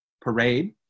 parade